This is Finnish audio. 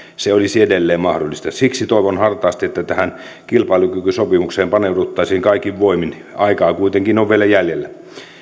se olisi edelleen mahdollista siksi toivon hartaasti että tähän kilpailukykysopimukseen paneuduttaisiin kaikin voimin aikaa kuitenkin on vielä jäljellä